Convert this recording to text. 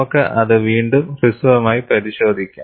നമുക്ക് അത് വീണ്ടും ഹ്രസ്വമായി പരിശോധിക്കാം